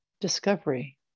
discovery